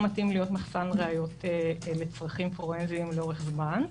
מתאים להיות מחסן ראיות לצרכים פורנזיים לאורך זמן.